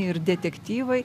ir detektyvai